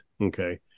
okay